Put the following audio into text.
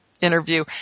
interview